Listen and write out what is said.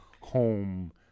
home